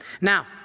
Now